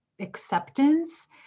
acceptance